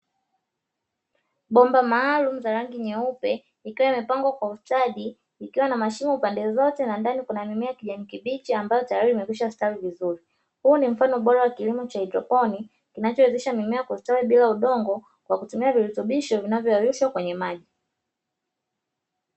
Bomba maalumu za rangi nyeupe, ikiwa imepangwa kwa ustadi ikiwa na mashimo pande zote na ndani kuna mimea ya kijani kibichi ambayo tayari imekwisha stawi vizuri. Huu ni mfano bora wa kilimo cha haidroponi, kinachowezesha mimea kustawi bila udongo, kwa kutumia virutubisho vinavyoyayushwa kwenye maji.